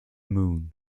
moon